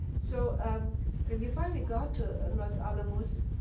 so um when we finally got to los alamos,